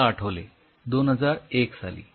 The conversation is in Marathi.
मला आठवले २००१ साली